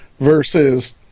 versus